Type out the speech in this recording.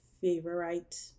favorite